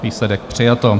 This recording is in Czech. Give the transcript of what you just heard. Výsledek: přijato.